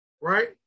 right